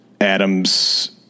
Adams